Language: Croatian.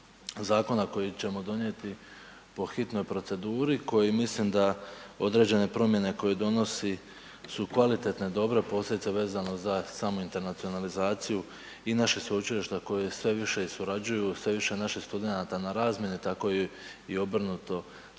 zakona koji ćemo donijeti po hitnoj proceduri, koji mislim da određene promjene koje donosi su kvalitetne, dobre posljedice vezano za samu internacionalizaciju i naše sveučilišta koja sve više surađuju, sve više je naših studenata na razmjeni, tako i obrnuto studenata